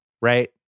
Right